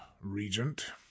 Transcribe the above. Regent